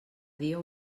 dia